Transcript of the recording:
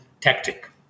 tactic